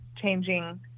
changing